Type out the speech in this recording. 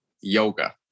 yoga